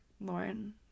Lauren